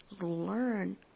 learn